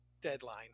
deadline